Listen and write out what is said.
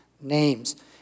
names